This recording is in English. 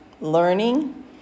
learning